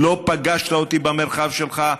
לא פגשת אותי במרחב שלך,